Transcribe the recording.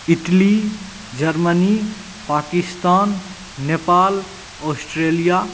Italy Germany Pakistan Nepal Australia